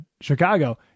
Chicago